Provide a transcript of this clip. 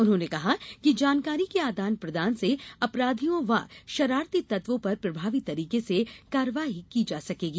उन्होंने कहा कि जानकारी के आदान प्रदान से अपराधियों व शरारती तत्वों पर प्रभावी तरीके से कार्यवाही की जा सकेगी